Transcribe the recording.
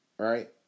Right